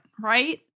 right